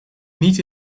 niet